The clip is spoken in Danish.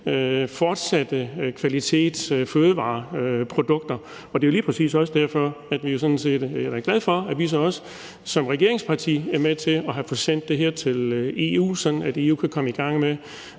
bedste kvalitetsfødevareprodukter. Det er jo lige præcis også derfor, at jeg da er glad for, at vi så også som regeringsparti er med til at få sendt det her til EU, sådan at EU kan komme i gang med